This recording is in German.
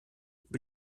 über